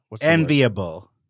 Enviable